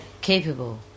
capable